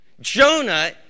Jonah